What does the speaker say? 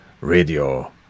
radio